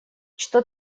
что